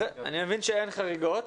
אני מבין שאין חריגות.